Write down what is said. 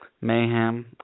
mayhem